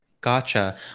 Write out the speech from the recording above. Gotcha